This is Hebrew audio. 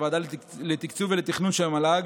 הוועדה לתקצוב ותכנון של המל"ג,